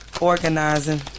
Organizing